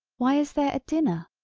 why is there a dinner,